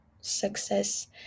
success